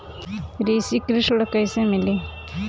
कृषि ऋण कैसे मिली?